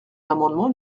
l’amendement